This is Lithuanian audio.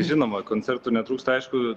žinoma koncertų netrūksta aišku